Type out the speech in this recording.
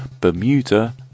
Bermuda